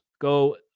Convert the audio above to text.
go